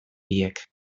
biek